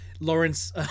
Lawrence